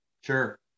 Sure